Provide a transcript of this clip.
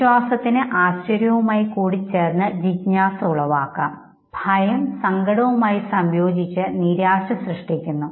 വിശ്വാസത്തിന് ആശ്ചര്യവുമായി കൂടിച്ചേർന്ന് ജിജ്ഞാസ ഉളവാക്കാം ഭയം സങ്കടവുമായി സംയോജിച്ച് നിരാശ സൃഷ്ടിക്കുന്നു